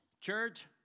Church